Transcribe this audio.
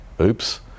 Oops